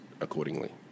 accordingly